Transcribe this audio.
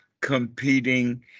competing